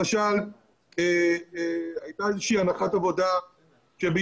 הייתה למשל איזושהי הנחת עבודה שביולי-אוגוסט